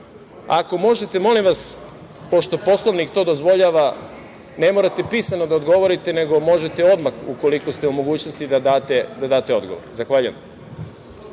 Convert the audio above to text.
možete molim vas, pošto Poslovnik to dozvoljava, ne morate pisano da odgovorite, nego možete odmah ukoliko ste u mogućnosti da date odgovor. Zahvaljujem.